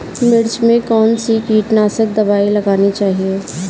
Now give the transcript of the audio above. मिर्च में कौन सी कीटनाशक दबाई लगानी चाहिए?